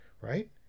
right